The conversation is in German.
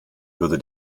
würde